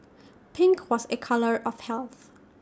pink was A colour of health